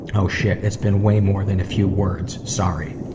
oh shit it's been way more than few words. sorry.